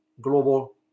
global